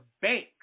bank